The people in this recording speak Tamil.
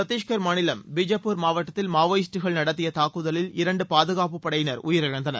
சத்திஷ்கர் மாநிலம் பிஜப்பூர் மாவட்டதில் மாவோயிஸ்டுகள் நடத்திய தாக்குதலில் இரண்டு பாதுகாப்பு படையினர் உயிரிழந்தனர்